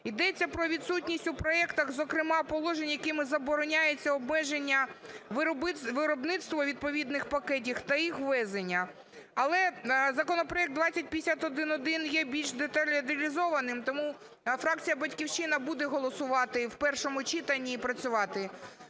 Йдеться про відсутність у проектах зокрема положень, якими забороняється обмеження виробництва відповідних пакетів та їх ввезення. Але законопроект 2051-1 є більш деталізованим. Тому фракція "Батьківщина" буде голосувати в першому читанні і працювати.